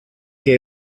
que